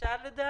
האם אפשר לדעת?